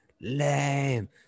Lame